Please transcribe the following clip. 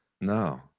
No